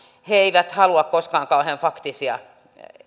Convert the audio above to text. he eivät halua koskaan kauhean faktisia